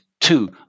two